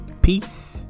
Peace